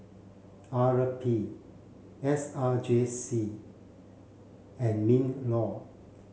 R P S R J C and MINLAW